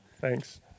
Thanks